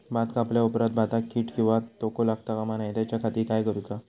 भात कापल्या ऑप्रात भाताक कीड किंवा तोको लगता काम नाय त्याच्या खाती काय करुचा?